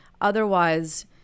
Otherwise